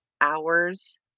hours